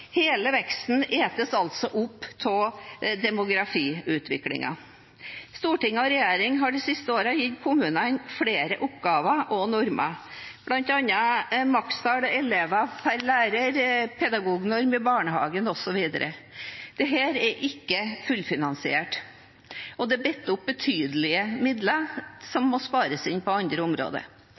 Hele veksten etes altså opp av demografiutviklingen. Stortinget og regjeringen har de siste årene gitt kommunene flere oppgaver og normer, bl.a. makstall elever per lærer, en pedagognorm for barnehagen osv. Dette er ikke fullfinansiert, og det binder opp betydelige midler, som må spares inn på andre områder.